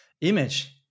image